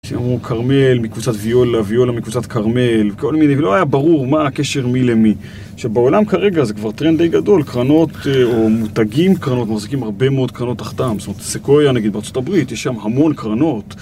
אמרו כרמל, מקבוצת ויולה, ויולה מקבוצת כרמל, כל מיני, ולא היה ברור מה הקשר מי למי. עכשיו בעולם כרגע זה כבר טרנד די גדול, קרנות, או מותגים קרנות, מחזיקים הרבה מאוד קרנות תחתם. זאת אומרת סקויה נגיד, בארצות הברית, יש שם המון קרנות.